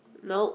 nope